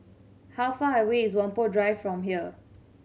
how far away is Whampoa Drive from here